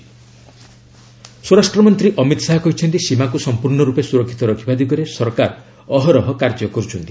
HM commemoration day ସ୍ୱରାଷ୍ଟ୍ରମନ୍ତ୍ରୀ ଅମିତ ଶାହା କହିଛନ୍ତି ସୀମାକୁ ସମ୍ପୂର୍ଣ୍ଣ ରୂପେ ସୁରକ୍ଷିତ ରଖିବା ଦିଗରେ ସରକାର ଅହରହ କାର୍ଯ୍ୟ କରୁଛନ୍ତି